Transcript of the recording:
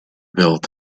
built